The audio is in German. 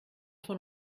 von